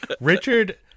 Richard